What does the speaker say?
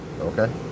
Okay